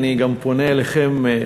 אני גם פונה אליכם,